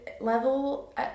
level